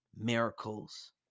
miracles